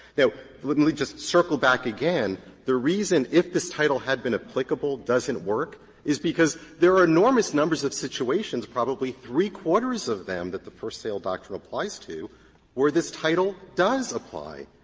now, let me just circle back again. the reason if this title had been applicable doesn't work is because there are enormous numbers of situations, probably three-quarters of them, that the first sale doctrine applies to where this title does apply.